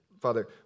Father